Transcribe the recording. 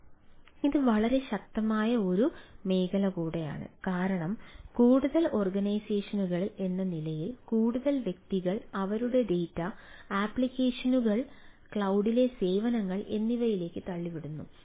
അതിനാൽ ഇത് വളരെ ശക്തമായ ഒരു മേഖല കൂടിയാണ് കാരണം കൂടുതൽ ഓർഗനൈസേഷനുകൾ ക്ലൌഡിലെ സേവനങ്ങൾ എന്നിവയിലേക്ക് തള്ളിവിടുന്നു